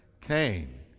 Cain